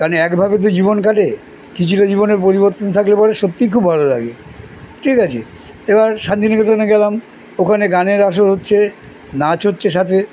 কারণ একভাবে তো জীবন কাটে কিছুটা জীবনে পরিবর্তন থাকলে পরে সত্যিই খুব ভালো লাগে ঠিক আছে এবার শান্তিনিকেতনে গেলাম ওখানে গানের আসর হচ্ছে নাচ হচ্ছে সাথে